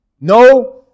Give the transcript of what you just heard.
No